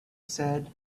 said